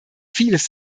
vieles